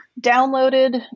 downloaded